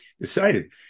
decided